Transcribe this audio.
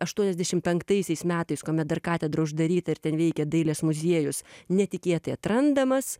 aštuoniasdešim penktaisiais metais kuomet dar katedra uždaryta ir ten veikė dailės muziejus netikėtai atrandamas